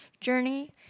journey